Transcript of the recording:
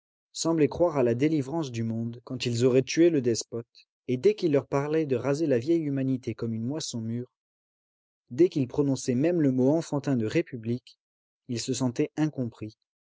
semblaient croire à la délivrance du monde quand ils auraient tué le despote et dès qu'il leur parlait de raser la vieille humanité comme une moisson mûre dès qu'il prononçait même le mot enfantin de république il se sentait incompris